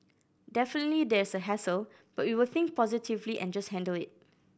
definitely there's a hassle but we will think positively and just handle it